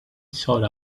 sought